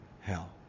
hell